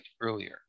earlier